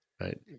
right